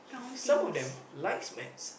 some of them likes math